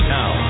Now